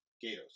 Gatos